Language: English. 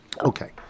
Okay